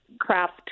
craft